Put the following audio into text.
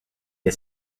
est